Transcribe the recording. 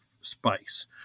spice